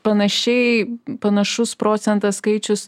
panašiai panašus procentas skaičius